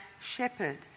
shepherd